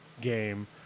game